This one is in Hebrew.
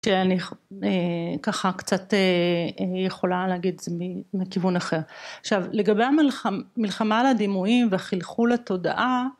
שאני ככה קצת יכולה להגיד את זה מכיוון אחר. עכשיו, לגבי המלחמה על הדימויים וחילחול התודעה,